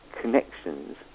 connections